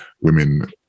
women